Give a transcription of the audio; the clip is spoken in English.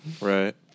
Right